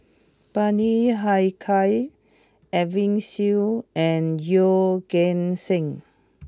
Bani Haykal Edwin Siew and Yeoh Ghim Seng